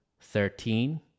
thirteen